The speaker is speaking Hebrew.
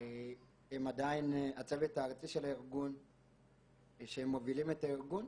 הם עדיין הצוות הארצי של הארגון שמובילים את הארגון.